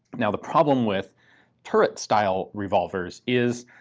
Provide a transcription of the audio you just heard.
now the problem with turret style revolvers is.